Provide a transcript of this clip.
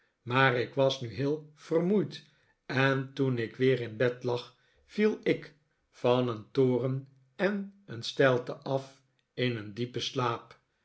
maar ik was nu heel vermoeid en toen ik weer in bed lag viel ik van een toren en een steilte af in een diepen slaap